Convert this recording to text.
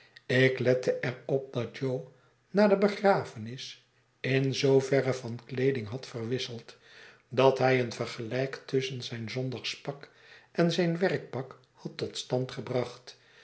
ik lette e r op dat jo na de begrafenis in zooverre van kleeding had verwisseld dat hij een vergelijk tusschen zijn zondagspak en zijn werkpak had tot stand gebracht